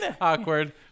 awkward